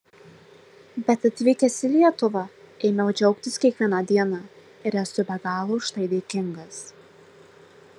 bet atvykęs į lietuvą ėmiau džiaugtis kiekviena diena ir esu be galo už tai dėkingas